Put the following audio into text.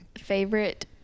favorite